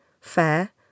fair